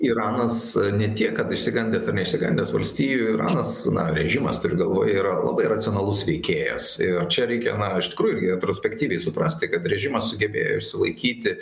iranas ne tiek kad išsigandęs ar neišsigandęs valstijų iranas na režimas turiu galvoj yra labai racionalus veikėjas ir čia reikia iš tikrųjų retrospektyviai suprasti kad režimas sugebėjo išsilaikyti